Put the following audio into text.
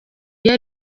iyo